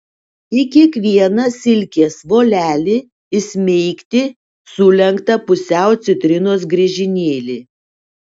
į kiekvieną silkės volelį įsmeigti sulenktą pusiau citrinos griežinėlį